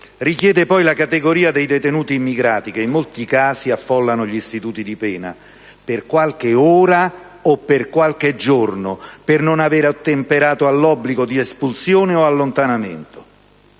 richiede poi la categoria dei detenuti immigrati che, in molti casi, affollano gli istituti di pena per qualche ora o per qualche giorno per non aver ottemperato all'obbligo di espulsione o di allontanamento.